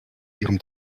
ihrem